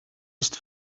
ist